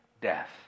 death